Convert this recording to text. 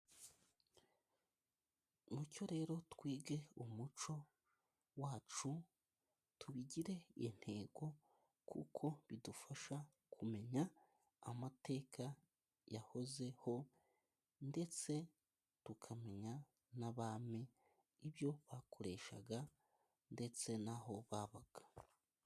Mucyo rero twige umuco wacu, tubigire intego kuko bidufasha kumenya amateka yahozeho, ndetse tukamenya n'abami ibyo bakoreshaga, ndetse n'aho babaga.